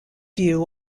view